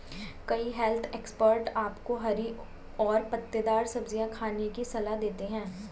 कई health expert आपको हरी और पत्तेदार सब्जियां खाने की सलाह देते हैं